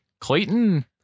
Clayton